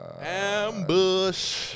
ambush